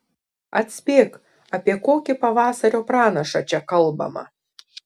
atspėk apie kokį pavasario pranašą čia kalbama